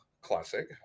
classic